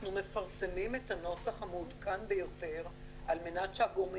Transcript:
אנחנו מפרסמים את הנוסח המעודכן ביותר על מנת שהגורמים